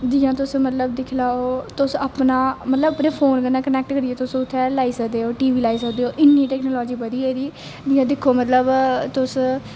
जियां तुस मतलब कि दिक्खी लैओ तुस अपना मतलब अपने फोन कन्नै कनैक्ट करियै तुस उत्थै लाई सकदे ओह् टीवी लाई सकदे ओह् इन्नी टेक्नोलाॅजी बधी गेदी जियां दिक्खो मतलब तुस